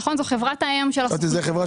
נכון, זו חברת האם של הסוכנות.